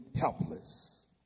helpless